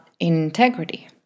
integrity